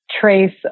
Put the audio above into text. trace